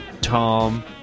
tom